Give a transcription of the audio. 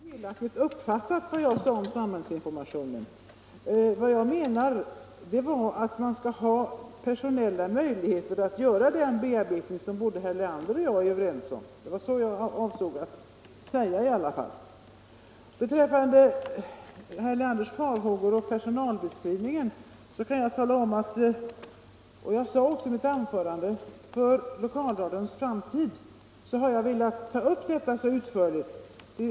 Herr talman! Herr Leander har något felaktigt uppfattat det jag sade om samhällsinformationen. Vad jag menar är att det skall finnas personella möjligheter att göra den bearbetning som herr Leander och jag är överens om; det var så jag avsåg att säga i alla fall. Beträffande herr Leanders oro när det gällde min beskrivning av per sonalen kan jag tala om att jag med tanke på lokalradions framtid har velat ta upp den frågan så utförligt som möjligt.